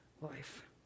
life